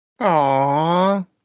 Aww